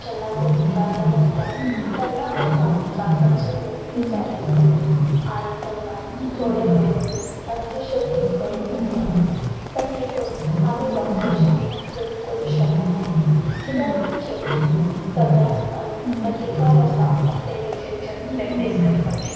जेन्ना कोण त्रासान आसता तेन्ना लोकांक त्रासानसून मुक्ती जाय आसता आनी तेन्ना थोडे लोक अंधश्रद्धेक बळी पडटात पण तितूंत आमी लोकांची बी चूक करूंक शकाना किद्याक म्हणजे सगळ्यांक अन अधिकार आसा आपलें रिलिजन प्रॅक्टीस करपाची